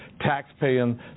taxpaying